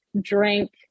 drink